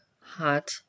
hot